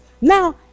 now